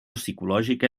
psicològica